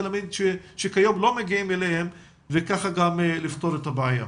תלמידים שכיום לא מגיעים אליהם וכך גם לפתור את הבעיה.